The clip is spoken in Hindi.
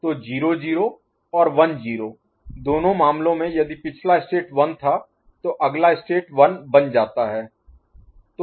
तो 0 0 और 1 0 दोनों मामले में यदि पिछला स्टेट 1 था तो अगला स्टेट 1 बन जाता है